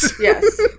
Yes